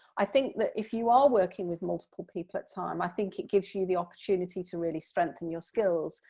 i think that if you are working with multiple people at time i think it gives you you the opportunity to really strengthen your skills,